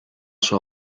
sua